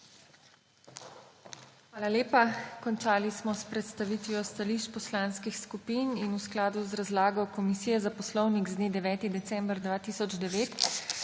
Hvala lepa. Končali smo s predstavitvijo stališč poslanskih skupin in v skladu z razlago Komisije za poslovnik z dne 9. december 2009